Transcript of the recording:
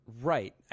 Right